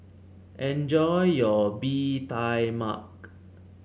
enjoy your Bee Tai Mak